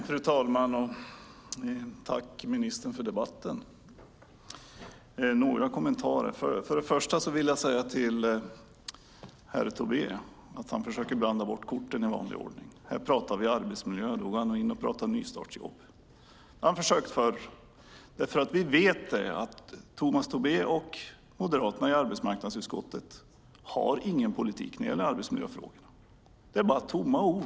Fru talman! Tack, ministern, för debatten. Jag har några kommentarer. Tomas Tobé försöker, i vanlig ordning, blanda bort korten. Vi pratar om arbetsmiljö, då pratar han nystartsjobb. Det har han försökt förr. Vi vet att Tomas Tobé och Moderaterna i arbetsmarknadsutskottet inte har någon politik när det gäller arbetsmiljöfrågorna.